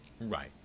Right